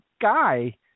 guy